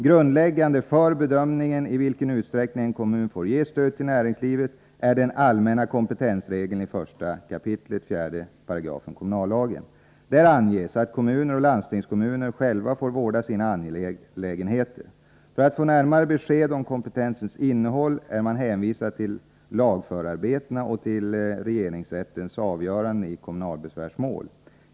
Grundläggande för bedömningen av i vilken utsträckning en kommun får ge stöd till näringslivet är den allmänna kompetensregeln i 1 kap. 48 kommunallagen . Där anges att kommuner och landstingskommuner själva får vårda sina angelägenheter. För att få närmare besked om kompetensens innehåll är man hänvisad till lagförarbetena och till regeringsrättens avgöranden i kommunalbesvärsmål.